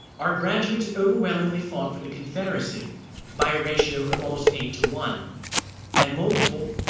our graduates overwhelmingly fought for the confederacy by ratio of almost eight to one and multiple,